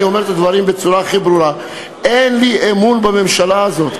אני אומר את הדברים בצורה הכי ברורה: אין לי אמון בממשלה הזאת.